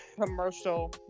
commercial